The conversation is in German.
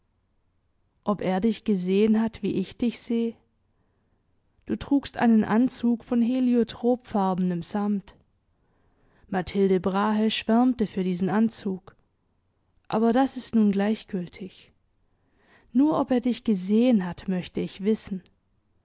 ob er dich gesehen hat wie ich dich seh du trugst einen anzug von heliotropfarbenem samt mathilde brahe schwärmte für diesen anzug aber das ist nun gleichgültig nur ob er dich gesehen hat möchte ich wissen